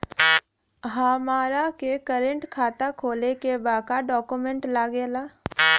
हमारा के करेंट खाता खोले के बा का डॉक्यूमेंट लागेला?